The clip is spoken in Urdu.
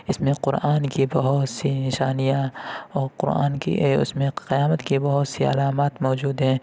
اِس میں قرآن کی بہت سی نشانیاں اور قرآن کی یہ اُس میں قیامت کی بہت سی علامات موجود ہیں